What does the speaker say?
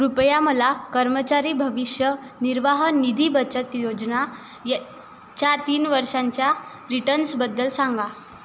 कृपया मला कर्मचारी भविष्य निर्वाह निधी बचत योजना च्या तीन वर्षांच्या रिटर्न्सबद्दल सांगा